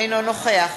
אינו נוכח